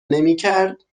نمیکرد